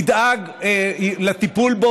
ידאג לטיפול בו,